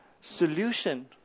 solution